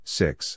six